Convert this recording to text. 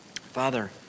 Father